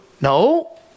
No